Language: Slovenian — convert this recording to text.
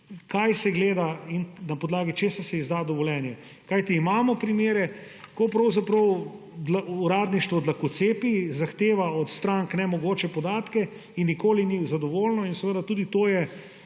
kaj se gleda in na podlagi česa se izda dovoljenje. Kajti imamo primere, ko pravzaprav uradništvo dlakocepi, zahteva od strank nemogoče podatke in nikoli ni zadovoljno. Tudi to je